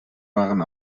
waren